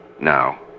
Now